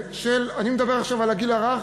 אני מדבר עכשיו על הגיל הרך,